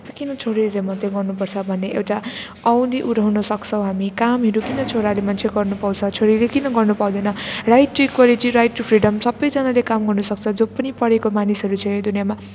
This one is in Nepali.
सबै किन छोरीहरूले मात्रै गर्नुपर्छ भन्ने एउटा आवाज नै उठाउनसक्छौँ हामी कामहरू किन छोराले मात्रै गर्नुपाउँछ छोरीले किन गर्नुपाउँदैन right to equality right to freedom सबैजनाले काम गर्नसक्छ जो पनि पढेको मानिसहरू छ यो दुनियाँमा